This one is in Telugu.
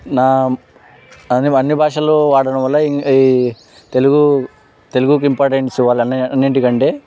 నా అన్ని అన్ని భాషలు వాడటం వల్ల ఈ తెలుగు తెలుగుకి ఇంపార్టెన్స్ ఇవ్వాలి అన్నింటి కంటే